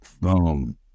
Boom